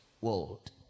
world